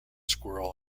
squirrel